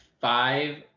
five